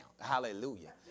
Hallelujah